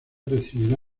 recibirá